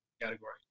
category